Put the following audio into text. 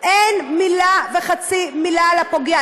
אין מילה וחצי מילה על הפוגע,